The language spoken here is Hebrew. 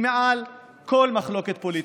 היא מעל למחלוקת פוליטית.